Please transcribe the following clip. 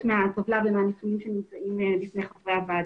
מהטבלה ומהממצאים שמוצגים בפני חברי הוועדה.